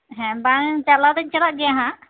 ᱦᱮᱸ ᱵᱟᱝ ᱪᱟᱞᱟᱣ ᱫᱩᱧ ᱪᱟᱞᱟᱜ ᱜᱮᱭᱟ ᱦᱟᱸᱜ